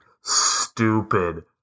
stupid